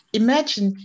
imagine